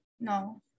no